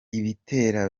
bitera